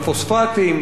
כל הדברים האלה,